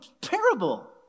parable